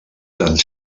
tant